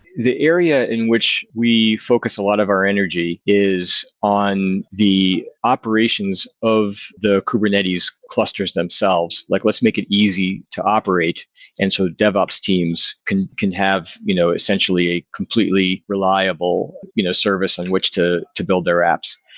the area in which we focus a lot of our energy is on the operations of the kubernetes clusters themselves, like let's make it easy to operate and so dev ops teams can can have you know essentially a completely reliable you know service on which to to build their apps.